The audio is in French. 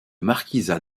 marquisat